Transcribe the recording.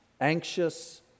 anxious